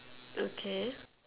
okay